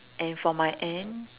and for my end